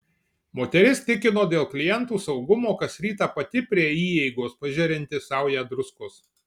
moteris tikino dėl klientų saugumo kas rytą pati prie įeigos pažerianti saują druskos